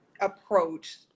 approach